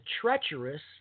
treacherous